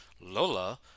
Lola